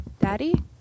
Daddy